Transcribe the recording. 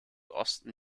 osten